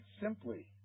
simply